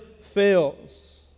fails